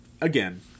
Again